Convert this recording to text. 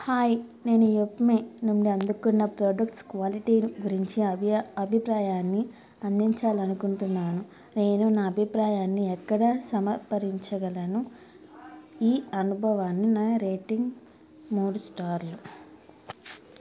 hi నేను యెప్మే నుండి అందుకున్న ప్రొడక్ట్స్ క్వాలిటీ గురించి అభియ అభిప్రాయాన్ని అందించాలని అనుకుంటున్నాను నేను నా అభిప్రాయాన్ని ఎక్కడ సమర్పించగలను ఈ అనుభవాన్ని నా రేటింగ్ మూడు స్టార్లు